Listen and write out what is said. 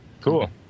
Cool